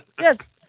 Yes